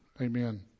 Amen